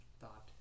thought